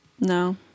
No